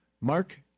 Mark